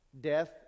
death